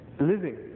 living